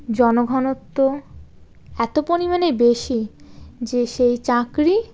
জনঘনত্ব এত পরিমাণে বেশি যে সেই চাকরি